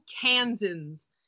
Kansans